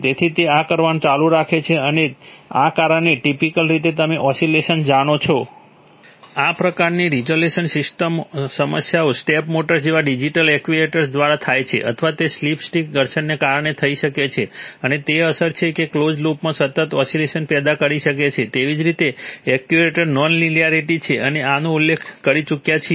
તેથી તે આ કરવાનું ચાલુ રાખે છે અને તેના કારણે ટીપીકલ રીતે તમે ઓસિલેશન્સ જાણો છો આ પ્રકારની રિઝોલ્યુશન સમસ્યાઓ સ્ટેપ મોટર્સ જેવા ડિજિટલ એક્ટિવેટર્સ દ્વારા થાય છે અથવા તે સ્ટીક સ્લિપ ઘર્ષણને કારણે થઇ શકે છે અને તેની અસર એ છે કે તે ક્લોઝ્ડ લૂપમાં સતત ઓસિલેશન પેદા કરી શકે છે તેવી જ રીતે એક્ચ્યુએટર નોન લિનિયારિટી છે આપણે આનો ઉલ્લેખ કરી ચૂક્યા છીએ